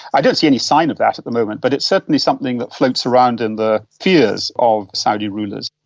i don't see any sign of that at the moment, but it's certainly something that floats around in the fears of saudi rulers.